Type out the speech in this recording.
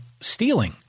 stealing